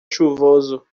chuvoso